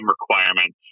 requirements